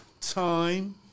time